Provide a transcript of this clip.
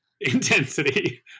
intensity